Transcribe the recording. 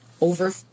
over